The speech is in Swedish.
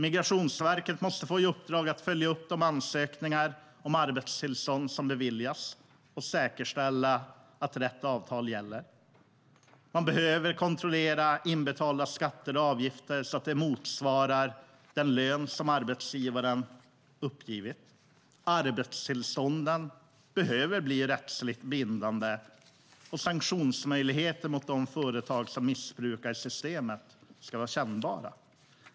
Migrationsverket måste få i uppdrag att följa upp de ansökningar om arbetstillstånd som beviljas och säkerställa att rätt avtal gäller. Man behöver kontrollera inbetalda skatter och avgifter så att det motsvarar den lön arbetsgivaren har uppgivit. Arbetstillstånden behöver bli rättsligt bindande, och sanktionsmöjligheterna mot de företag som missbrukar systemen ska vara kännbara.